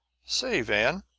say, van,